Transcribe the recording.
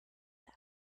that